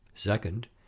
second